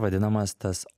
vadinamas tas